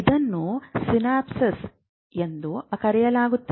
ಇದನ್ನು ಸಿನಾಪ್ಸ್ ಎಂದು ಕರೆಯಲಾಗುತ್ತದೆ